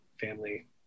family